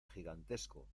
gigantesco